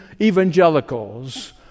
evangelicals